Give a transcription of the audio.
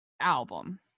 album